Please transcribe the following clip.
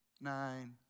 nine